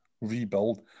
rebuild